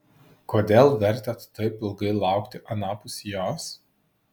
kodėl vertėt taip ilgai laukti anapus jos